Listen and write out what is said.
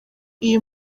iyi